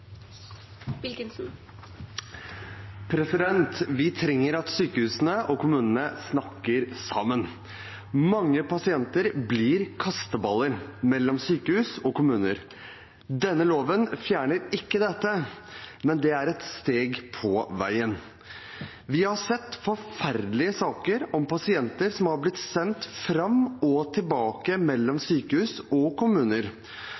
Vi trenger at sykehusene og kommunene snakker sammen. Mange pasienter blir kasteballer mellom sykehus og kommuner. Denne loven fjerner ikke dette, men det er et steg på veien. Vi har sett forferdelige saker om pasienter som har blitt sendt fram og tilbake mellom sykehus og kommuner